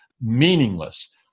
meaningless